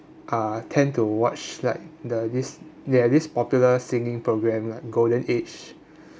uh tend to watch like the this they have this popular singing programme like golden age